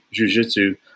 jujitsu